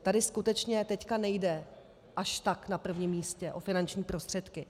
Tady skutečně teď nejde až tak na prvním místě o finanční prostředky.